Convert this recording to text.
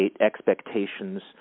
expectations